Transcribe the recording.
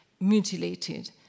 mutilated